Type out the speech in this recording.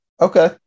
Okay